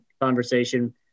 conversation